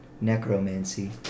Necromancy